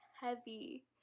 heavy